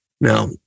Now